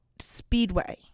speedway